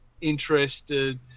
interested